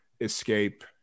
escape